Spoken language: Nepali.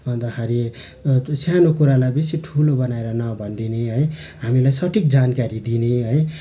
अन्तखरि सानो कुरालाई बेसी ठुलो बनाएर नभनिदिने है हामीलाई सठिक जानकारी दिने है